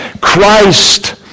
Christ